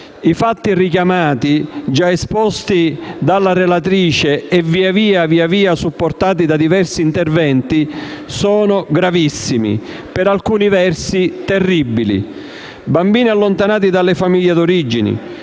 I richiamati, già esposti dalla relatrice e via via supportati da diversi interventi sono gravissimi, per alcuni versi terribili: bambini allontanati dalle famiglie d'origine,